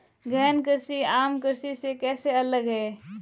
गहन कृषि आम कृषि से कैसे अलग है?